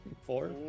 Four